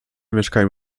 mieszkają